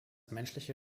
menschliche